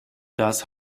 das